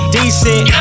decent